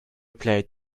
played